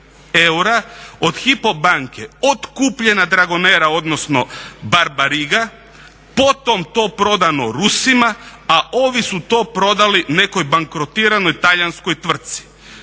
eura od Hypo banke otkupljena Dragonera, odnosno Barbariga, potom to prodano Rusima a ovi su to prodali nekoj bankrotiranoj talijanskoj tvrtci.